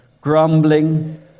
grumbling